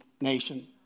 nation